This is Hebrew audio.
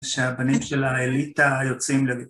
שהפנים של האליטה יוצאים לב.